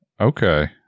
okay